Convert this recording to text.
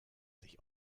sich